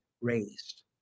Raised